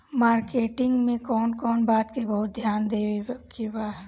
Marketing मे कौन कौन बात के बहुत ध्यान देवे के बा?